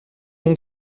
mon